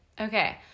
Okay